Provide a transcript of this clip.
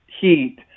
heat